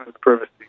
privacy